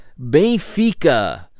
Benfica